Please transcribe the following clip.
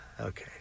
Okay